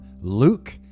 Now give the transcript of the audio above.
Luke